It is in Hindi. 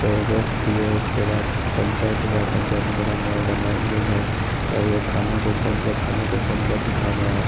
तो रोक दिए उसके बाद पंचायत हुआ पंचायत ने बोला नहीं बनाएँगे घर तब वह थाने को फ़ोन किया थाना को फ़ोन किया तो थाना आया